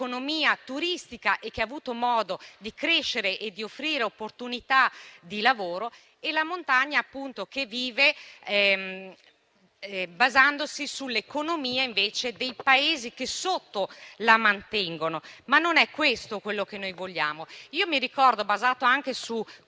turistica e che ha avuto modo di crescere e di offrire opportunità di lavoro e la montagna che vive basandosi sull'economia dei paesi che sotto la mantengono. Ma non è questo quello che noi vogliamo. Io mi ricordo, basata anche su